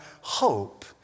hope